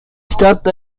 stadt